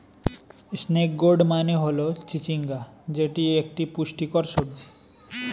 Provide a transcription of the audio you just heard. snake gourd মানে হল চিচিঙ্গা যেটি একটি পুষ্টিকর সবজি